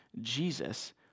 Jesus